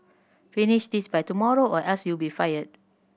finish this by tomorrow or else you'll be fired